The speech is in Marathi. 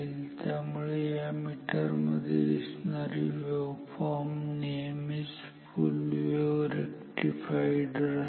त्यामुळे या मीटरमध्ये दिसणारी वेव्हफॉर्म नेहमीच फुल वेव्ह रेक्टिफाईड राहील